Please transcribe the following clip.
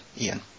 Ian